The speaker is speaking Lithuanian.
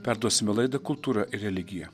perduosime laidą kultūra ir religija